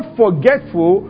forgetful